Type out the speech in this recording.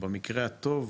במקרה הטוב,